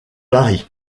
paris